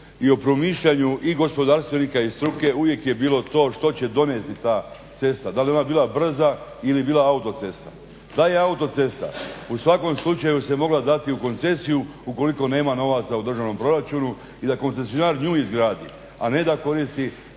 i o promišljanju i gospodarstvenika i struke uvijek je bilo to što će donijeti ta cesta da li ona bila brza ili bila autocesta. Ta je autocesta u svakom slučaju se mogla dati u koncesiju ukoliko nema novaca u proračunu i da koncesionar nju izgradi, a ne da koristi